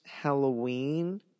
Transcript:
Halloween